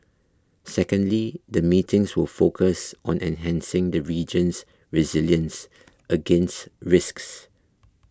secondly the meetings will focus on enhancing the region's resilience against risks